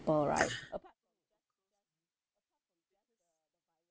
~ple right